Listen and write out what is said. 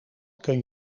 kun